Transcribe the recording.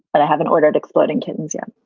but i haven't ordered exploding kittens yet